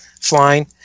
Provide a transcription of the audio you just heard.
flying